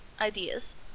Ideas